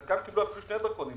חלקם קיבלו אפילו שני דרכונים,